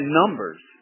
numbers